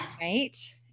Right